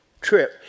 trip